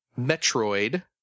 Metroid